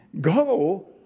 go